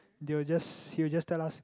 they will just he will just tell us